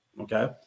okay